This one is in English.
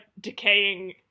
decaying